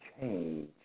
change